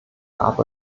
gab